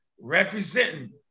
representing